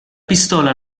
pistola